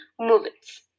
movements